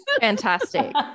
Fantastic